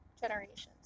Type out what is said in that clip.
generations